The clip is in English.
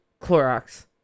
Clorox